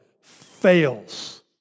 fails